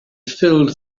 filled